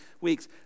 weeks